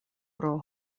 pro